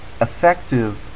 effective